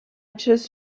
just